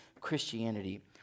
Christianity